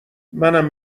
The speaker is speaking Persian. منم